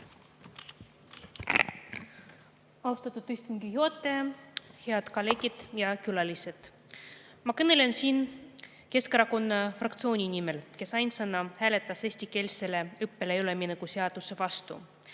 Austatud istungi juhataja! Head kolleegid ja külalised! Ma kõnelen siin Keskerakonna fraktsiooni nimel, kes ainsana hääletas eestikeelsele õppele ülemineku seaduse vastu.